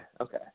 Okay